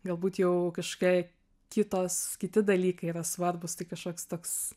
galbūt jau kažkokiai kitos kiti dalykai yra svarbūs tai kažkoks toks